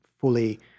fully